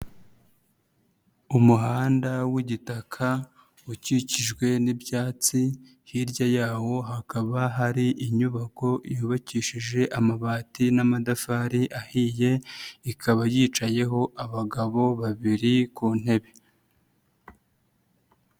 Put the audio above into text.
Umuhanda w'igitaka ukikijwe n'ibyatsi hirya yawo hakaba hari inyubako yubakishije amabati n'amatafari ahiye ikaba yicayeho abagabo babiri ku ntebe.